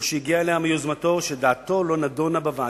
או הגיע אליה מיוזמתו, שדעתו לא נדונה בוועדה.